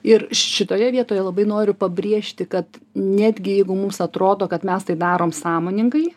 ir šitoje vietoje labai noriu pabrėžti kad netgi jeigu mums atrodo kad mes tai darom sąmoningai